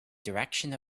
direction